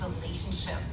relationship